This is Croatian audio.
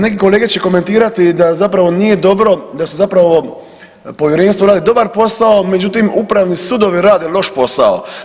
Neki kolege će komentirati da zapravo nije dobro da zapravo povjerenstvo radi dobar posao, međutim upravni sudovi rade loš posao.